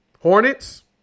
Hornets